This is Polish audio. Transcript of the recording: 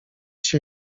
się